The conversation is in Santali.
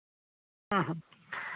ᱦᱮᱸ ᱦᱮᱸ